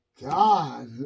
God